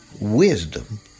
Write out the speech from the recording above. wisdom